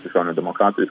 krikščionys demokratai